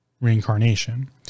reincarnation